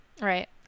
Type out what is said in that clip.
Right